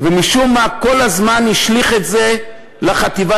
ומשום-מה כל הזמן השליך את זה על החטיבה